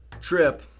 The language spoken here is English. trip